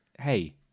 Hey